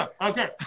Okay